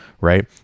right